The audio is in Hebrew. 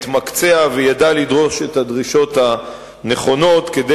התמקצע וידע לדרוש את הדרישות הנכונות כדי